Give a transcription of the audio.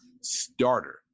starter